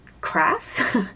crass